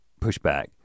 pushback